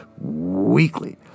weekly